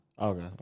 Okay